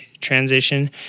transition